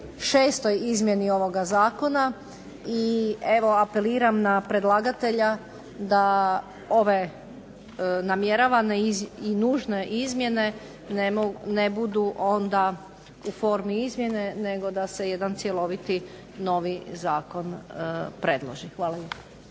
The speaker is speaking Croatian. šestoj izmjeni ovog zakona i evo apeliram na predlagatelja da ove namjeravane i nužne izmjene ne budu onda u formi izmjene, nego da se jedan cjeloviti novi zakon predloži. Hvala